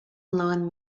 alone